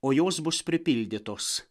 o jos bus pripildytos